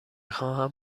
خواهم